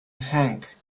hank